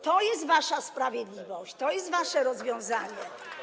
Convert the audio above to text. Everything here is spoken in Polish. To jest wasza sprawiedliwość, to jest wasze rozwiązanie.